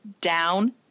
down